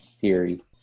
theory